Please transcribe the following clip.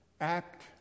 act